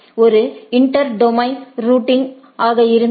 ஒரு inter domain routing ஆக இருந்தால்